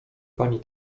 pani